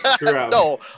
No